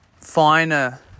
finer